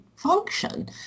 function